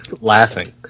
laughing